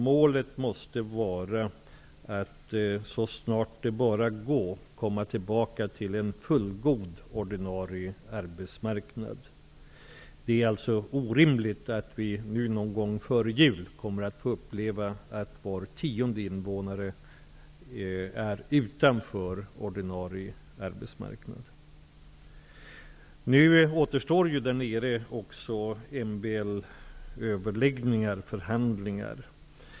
Målet måste vara att så snart det bara går komma tillbaka till en fullgod ordinarie arbetsmarknad. Det är orimligt att vi någon gång före jul kommer att få uppleva att var tionde invånare är utanför ordinarie arbetsmarknad. Nu återstår ju där nere också att föra MBL-förhandlingar.